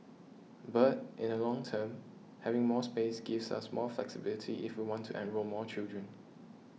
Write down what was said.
but in the long term having more space gives us more flexibility if we want to enrol more children